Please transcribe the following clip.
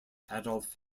adolf